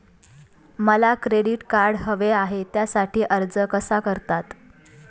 मला credit card हवे आहे त्यासाठी अर्ज कसा करतात?